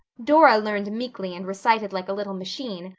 dora learned meekly and recited like a little machine,